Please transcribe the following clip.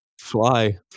fly